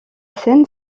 scène